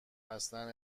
هستند